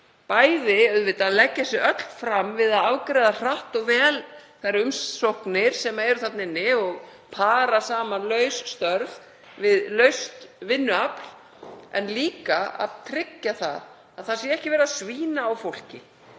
sagði, auðvitað að leggja sig allt fram við að afgreiða hratt og vel þær umsóknir sem eru þarna inni og para saman laus störf við laust vinnuafl en líka að tryggja að ekki sé verið að svína á fólki.